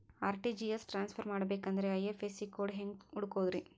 RTGS transfer ಮಾಡಬೇಕೆಂದರೆ IFSC code ಹೆಂಗ್ ಹುಡುಕೋದ್ರಿ?